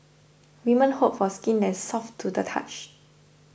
women hope for skin that is soft to the touch